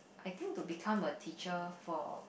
I think to become a teacher for